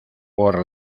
por